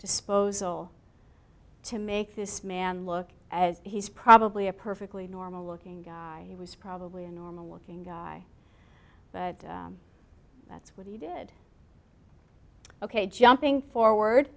disposal to make this man look as he's probably a perfectly normal looking guy he was probably a normal looking guy but that's what he did ok jumping forward